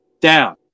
down